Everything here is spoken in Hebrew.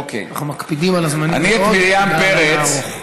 אנחנו מקפידים על הזמנים מאוד בגלל הלילה הארוך.